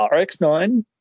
RX-9